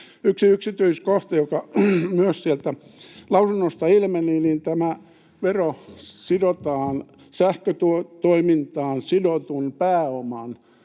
Yksi yksityiskohta, joka myös sieltä lausunnoista ilmeni, oli, että tämä vero sidotaan sähkötoimintaan sidotun pääoman